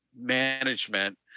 management